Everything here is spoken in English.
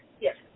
Yes